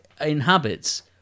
inhabits